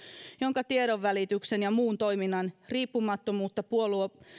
jonka tiedonvälityksen ja muun toiminnan riippumattomuutta